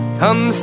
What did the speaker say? come